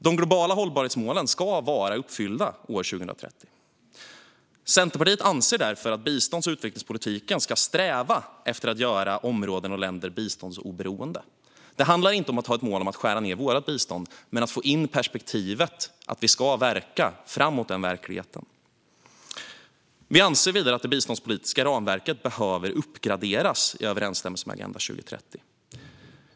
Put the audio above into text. De globala hållbarhetsmålen ska vara uppfyllda år 2030. Centerpartiet anser därför att bistånds och utvecklingspolitiken ska sträva efter att göra områden och länder biståndsoberoende. Det handlar inte om att ha ett mål om att skära ned vårt bistånd utan om att få in perspektivet att vi ska verka för en sådan verklighet. Vi anser att det biståndspolitiska ramverket behöver uppgraderas i överensstämmelse med Agenda 2030.